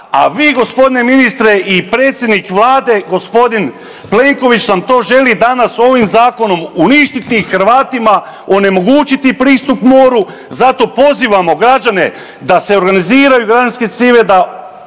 a vi g. ministre i predsjednik Vlade g. Plenković nam to želi danas ovim zakonom uništiti i Hrvatima onemogućiti pristup moru. Zato pozivamo građane da se organiziraju građanske